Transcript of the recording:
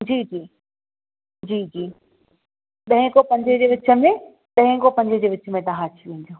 जी जी जी जी ॾहें खां पंजे जे विच में ॾहें खां पंजे जे विच में तव्हां अची वञिजो